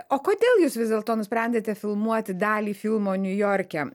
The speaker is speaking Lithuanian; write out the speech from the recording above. o kodėl jūs vis dėlto nusprendėte filmuoti dalį filmo niujorke